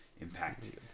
impact